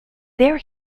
there